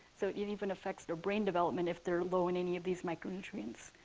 so it even affects their brain development if they're low in any of these micronutrients,